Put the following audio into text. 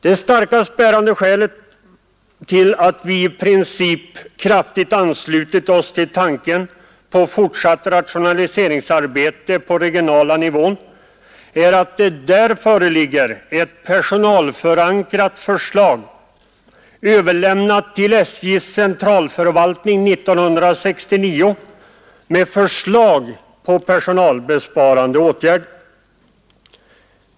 Det starkast bärande skälet till att vi i princip kraftigt anslutit oss till tanken på fortsatt rationaliseringsarbete på den regionala nivån är att det där föreligger ett personalförankrat förslag, överlämnat till SJ:s centralförvaltning 1969, med förslag till personalbesparande åtgärder.